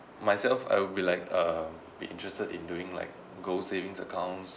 myself I will be like uh be interested in doing like gold savings accounts